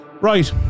Right